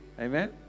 Amen